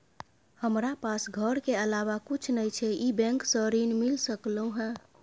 हमरा पास घर के अलावा कुछ नय छै ई बैंक स ऋण मिल सकलउ हैं?